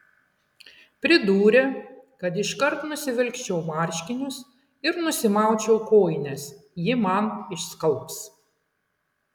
pridūrė kad iškart nusivilkčiau marškinius ir nusimaučiau kojines ji man išskalbs